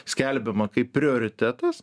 skelbiama kaip prioritetas